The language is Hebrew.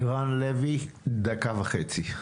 ערן לוי, בבקשה.